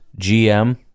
GM